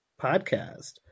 podcast